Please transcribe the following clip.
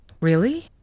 Really